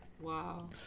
wow